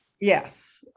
Yes